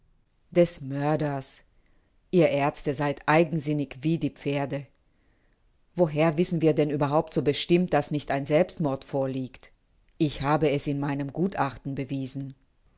des mörders ihr aerzte seid eigensinnig wie die pferde woher wissen wir denn überhaupt so bestimmt daß nicht ein selbstmord vorliegt ich hab es in meinem gutachten bewiesen